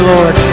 Lord